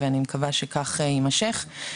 ואני מקווה שכך יימשך.